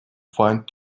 find